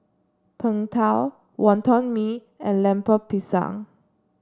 Png Tao Wonton Mee and Lemper Pisang